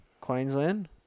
Queensland